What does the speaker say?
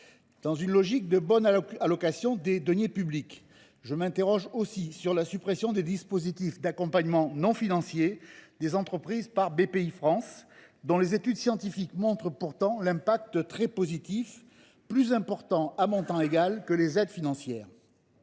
Dans une logique de bonne allocation des deniers publics, je m’interroge aussi sur la suppression des dispositifs d’accompagnement non financier des entreprises par Bpifrance, alors que les études scientifiques montrent pourtant qu’ils ont un effet très positif, et plus important, à montant égal, que les aides financières